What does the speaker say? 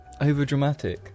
overdramatic